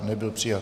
Nebyl přijat.